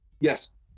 Yes